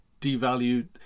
devalued